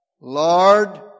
Lord